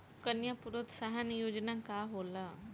कन्या प्रोत्साहन योजना का होला?